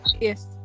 Yes